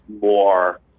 more